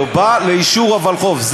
זה בא לאישור הוולחו"ף.